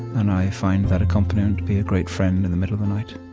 and i find that accompaniment to be a great friend in the middle of the night